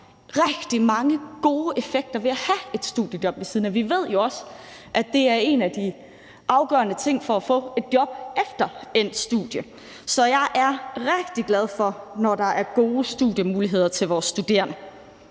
rigtig mange gode effekter ved at have et studiejob ved siden af. Vi ved jo også, at det er en af de afgørende ting i forhold til at få et job efter endt studie. Så jeg er rigtig glad for det, når der er gode studiemuligheder til vores studerende.